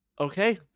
Okay